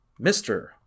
Mr